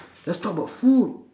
let's talk about food